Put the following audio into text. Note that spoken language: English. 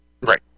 Right